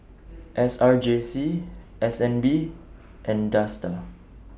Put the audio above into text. S R J C S N B and Dsta